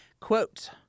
Quote